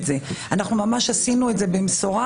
ואני אומר את זה לפרוטוקול,